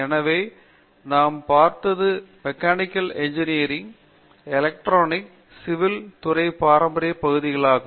எனவே நாம் பார்த்தது மெக்கானிக்கல் இன்ஜினியரிங் எலக்ட்ரானிக்ஸ் சிவில் துறையின் பாரம்பரிய பகுதிகளாகும்